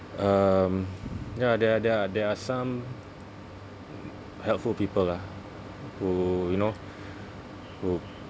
um ya there are there are there are some helpful people lah who you know who